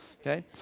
Okay